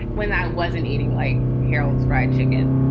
when i wasn't eating like harold's fried chicken.